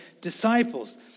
disciples